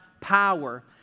power